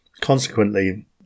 Consequently